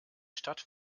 stadt